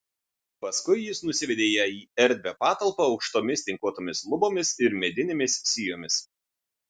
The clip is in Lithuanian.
paskui jis nusivedė ją į erdvią patalpą aukštomis tinkuotomis lubomis ir medinėmis sijomis